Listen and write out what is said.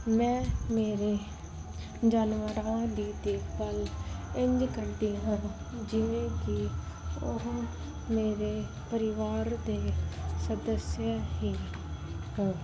ਮੈਂ ਮੇਰੇ ਜਾਨਵਰਾਂ ਦੀ ਦੇਖਭਾਲ ਇੰਝ ਕਰਦੀ ਹਾਂ ਜਿਵੇਂ ਕਿ ਉਹ ਮੇਰੇ ਪਰਿਵਾਰ ਦੇ ਸਦੱਸਿਆ ਹੀ ਹੋਣ